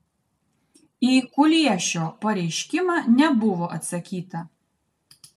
į kuliešio pareiškimą nebuvo atsakyta